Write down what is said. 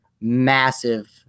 massive